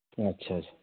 ਅੱਛਾ ਜੀ